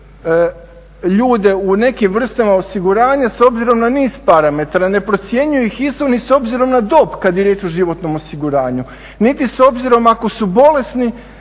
ljude u nekim vrstama osiguranja s obzirom na niz parametara, ne procjenjuju ih isto ni s obzirom na dob kad je riječ o životnom osiguranju, niti s obzirom ako su bolesni,